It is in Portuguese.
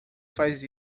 faz